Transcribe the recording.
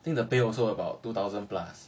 think the pay also about two thousand plus